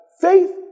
faith